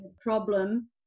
problem